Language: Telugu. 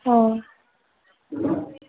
ఆ